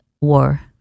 war